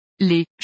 les